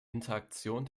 interaktion